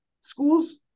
schools